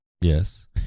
yes